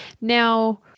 Now